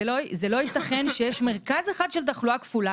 לא יתכן שיש מרכז אחד של תחלואה כפולה